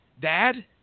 Dad